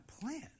plan